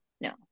no